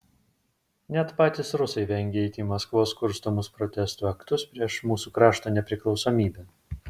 net patys rusai vengia eiti į maskvos kurstomus protestų aktus prieš mūsų krašto nepriklausomybę